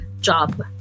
job